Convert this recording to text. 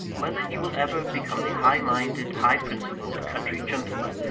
whether he will ever become the high-minded, high-principled country gentleman,